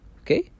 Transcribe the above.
Okay